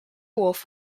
wolff